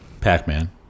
pac-man